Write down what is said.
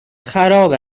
خراب